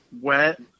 wet